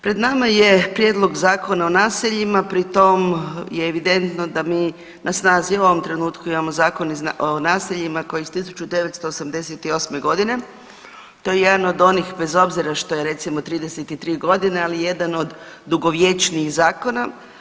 Pred nama je Prijedlog Zakona o naseljima, pri tom je evidentno da mi na snazi u ovom trenutku imamo Zakon o naseljima koji je iz 1988. g. To je jedan od onih, bez obzira što je recimo 33 godine, ali jedan od dugovječnijih zakona.